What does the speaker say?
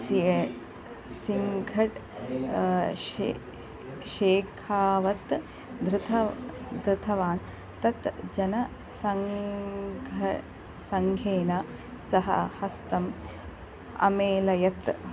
सिङ्घट् शे शेखावत् धृत् धृतवान् तत् जन सङ्घ सङ्घेन सह हस्तम् अमेलयत्